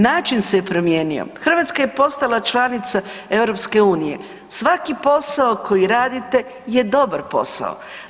Način se je promijenio, Hrvatska je postala članica EU, svaki posao koji radite je dobar posao.